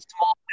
small